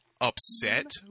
upset